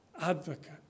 advocate